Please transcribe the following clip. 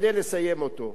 כדי לסיים אותו.